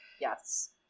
Yes